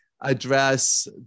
address